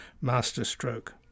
masterstroke